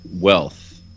wealth